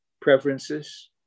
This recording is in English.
preferences